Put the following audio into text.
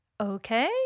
okay